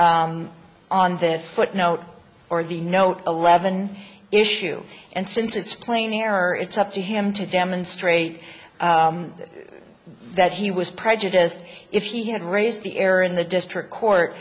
on on this footnote or the note eleven issue and since it's plain error it's up to him to demonstrate that he was prejudiced if he had raised the error in the district court